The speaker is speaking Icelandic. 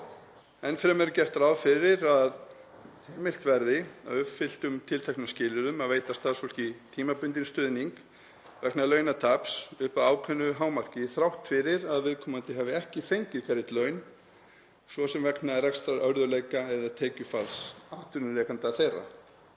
Enn fremur er gert ráð fyrir að heimilt verði að uppfylltum tilteknum skilyrðum að veita starfsfólki tímabundinn stuðning vegna launataps upp að ákveðnu hámarki þrátt fyrir að viðkomandi hafi ekki fengið greidd laun, svo sem vegna rekstrarörðugleika eða tekjufalls atvinnurekenda þess.